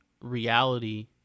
reality